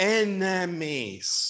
enemies